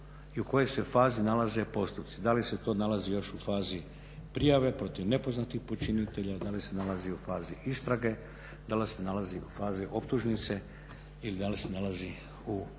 i u kojoj se fazi nalaze postupci. Da li se to nalazi još u fazi prijave protiv nepoznatih počinitelja, da li se nalazi u fazi istrage, da li se nalazi u fazi optužnice ili da li se nalazi u nekoj